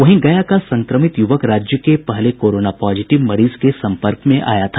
वहीं गया का संक्रमित युवक राज्य के पहले कोरोना पॉजिटिव मरीज के संपर्क में आया था